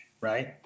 right